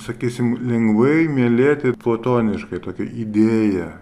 sakysim lengvai mylėti platoniškai tokią idėją